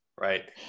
right